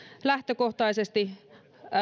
lähtökohtaisesti